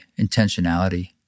intentionality